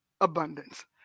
abundance